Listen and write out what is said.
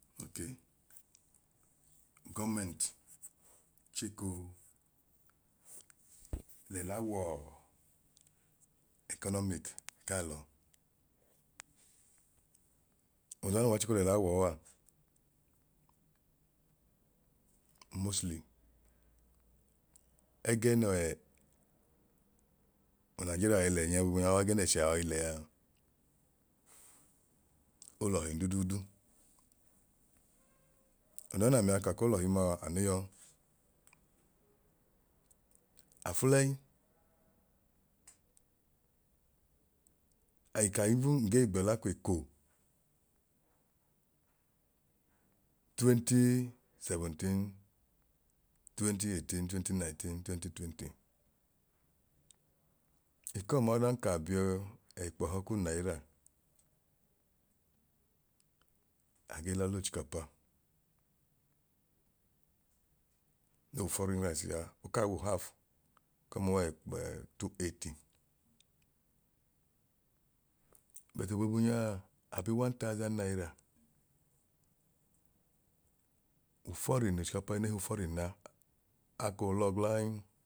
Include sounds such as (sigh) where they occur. Okay, gọmẹnt chikoo lẹla wọọ ẹconomic k'alọ. Ọda noo ya nuwa chiko lẹla wọọa mostly ẹgẹẹ nọọ (hesitation) unigeria yọi lẹ nya boobu wẹgẹ nẹchẹa yọi lẹaa olọhin duduudu. Ọdan ya n'amia ka ko lọhin ma anu yọọ afulẹyi i can even ngee gbẹla kweko 2017, 2018, 2019 2020, ekọma odan ka biyọọ ẹkpẹhọ k'unaira agee lọ l'ochikapa no wu foreign rice a oka w'uhaf ekọmaa owẹkpẹẹ 280 but oboobu nyaa abiyu one thousand naira uforeign ochikapa ẹẹne hu foreignaa akoo lọọ gla ẹn